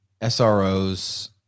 SROs